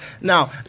Now –